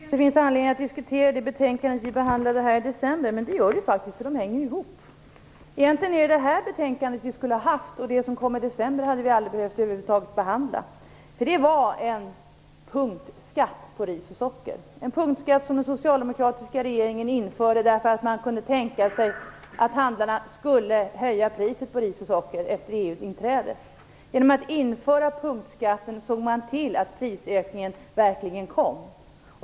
Herr talman! Kaj Nilsson tycker inte att det finns anledning att diskutera det betänkande som vi behandlade här i december, men så är det faktiskt, eftersom betänkandena hänger ihop. Det betänkande som nu framlagts är det som vi egentligen från början skulle ha haft, och det som kom i december skulle vi över huvud taget aldrig bort behöva behandla. Det gällde en punktskatt på ris och socker, som infördes av den socialdemokratiska regeringen därför att man tänkte sig att handlarna skulle kunna höja priset på socker efter EU-inträdet. Genom att införa punktskatten såg man till att prisökningen verkligen kom.